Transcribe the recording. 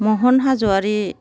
महन हाज'वारि